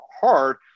hard